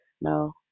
No